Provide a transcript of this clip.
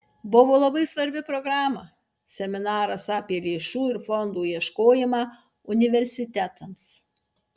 buvo labai svarbi programa seminaras apie lėšų ir fondų ieškojimą universitetams